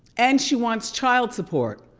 and she want's child support.